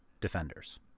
defenders